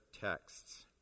texts